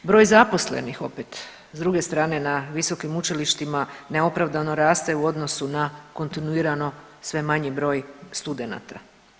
Broj zaposlenih, opet, s druge strane na visokim učilištima neopravdano raste u odnosu na kontinuirano sve manje broj studenata.